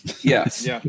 Yes